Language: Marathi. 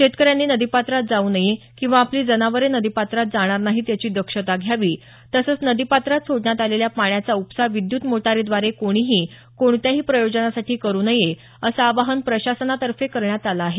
शेतकऱ्यांनी नदीपात्रात जाऊ नये किंवा आपली जनावरे नदीपात्रात जाणार नाहीत याची दक्षता घ्यावी तसंच नदीपात्रात सोडण्यात आलेल्या पाण्याचा उपसा विद्युत मोटारीद्वारे कोणीही कोणत्याही प्रयोजनासाठी करु नये असं आवाहन प्रशासनातर्फे करण्यात आलं आहे